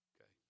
okay